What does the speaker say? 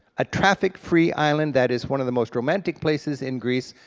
a traffic-free island that is one of the most romantic places in greece,